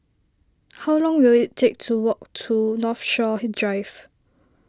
how long will it take to walk to Northshore Drive